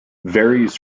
varies